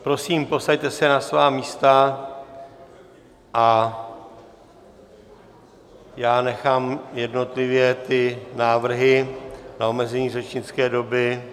Prosím, posaďte se na svá místa a já nechám jednotlivě ty návrhy na omezení řečnické doby...